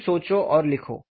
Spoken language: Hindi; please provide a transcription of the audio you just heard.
तुम सोचो और लिखो